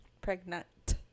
Pregnant